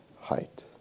height